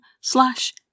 slash